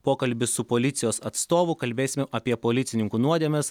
pokalbis su policijos atstovu kalbėsime apie policininkų nuodėmes